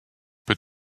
peut